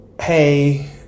hey